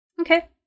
Okay